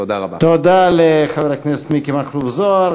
תודה לחבר הכנסת מיקי מכלוף זוהר.